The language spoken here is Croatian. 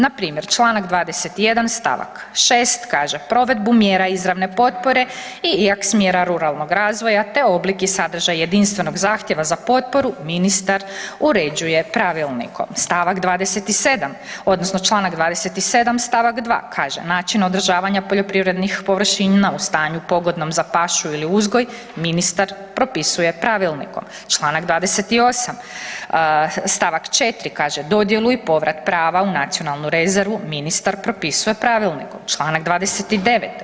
Na primjer, članak 21. stavak 6. kaže: „Provedbu mjera izravne potpore i smjera ruralnog razvoja te oblik i sadržaj jedinstvenog zahtjeva za potporu ministar uređuje pravilnikom.“ Stavak 27. odnosno članak 27. stavak 2. kaže: „Način održavanja poljoprivrednih površina u stanju pogodnom za pašu ili uzgoj ministar propisuje pravilnikom.“ Članak 28. stavak 4. kaže: „Dodjelu i povrat prava u nacionalnu rezervu ministar propisuje pravilnikom.“ Članak 29.